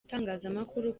itangazamakuru